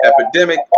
epidemic